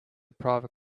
private